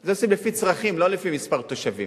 את זה עושים לפי צרכים, לא לפי מספר תושבים.